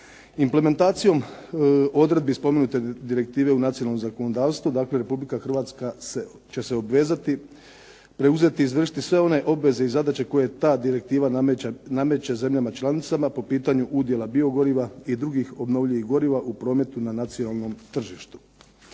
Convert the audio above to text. Implementacijom odredbi spomenute direktive u nacionalnom zakonodavstvu dakle Republika Hrvatska će se obvezati, preuzeti, izvršiti sve one obveze i zadaće koje ta direktiva nameće zemljama članicama po pitanju udjela biogoriva i drugih obnovljivih goriva u prometu na nacionalnom tržištu.